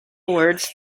words